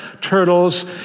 turtles